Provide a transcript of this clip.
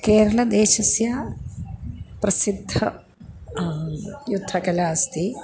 केरलदेशस्य प्रसिद्धा युद्धकला अस्ति